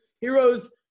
heroes